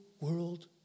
world